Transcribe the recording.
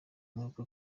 mwibuke